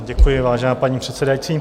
Děkuji, vážená paní předsedající.